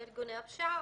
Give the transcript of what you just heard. ארגוני הפשיעה.